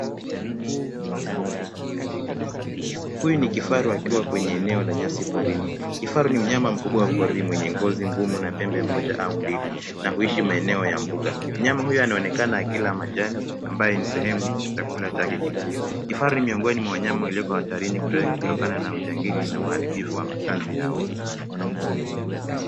Huyu ni kifaru akiwa kwenye eneo la nyasi porini. Kifaru ni mnyama mkubwa wa porini mwenye ngozi ngumu na pembe moja au mbili na huishi maeneo ya mbuga. Mnyama huyu anaonekana akila majani ambayo ni sehemu ya chakula chake kikuu. Kifaru ni miongoni mwa wanyama walioko hatarini kutokana na ujangili na uharibifu wa makazi yao.